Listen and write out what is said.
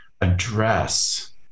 address